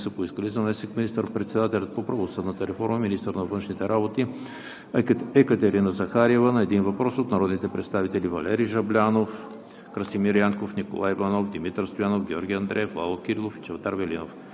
поискали: - заместник министър-председателят по правосъдната реформа и министър на външните работи Екатерина Захариева – на един въпрос от народните представители Валери Жаблянов, Красимир Янков, Николай Иванов, Димитър Стоянов, Георги Андреев, Лало Кирилов и Чавдар Велинов;